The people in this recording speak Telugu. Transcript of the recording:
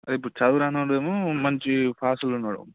అదే ఇప్పుడు చదువురాని వాడేమో మంచి పాస్లో ఉన్నాడు